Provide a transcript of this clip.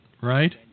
right